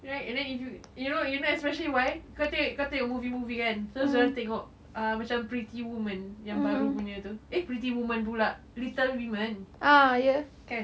right and then if you you know especially why kau tengok kau tengok movie movie kan dorang tengok ah macam pretty women yang baru punya tu eh pretty women pula little women kan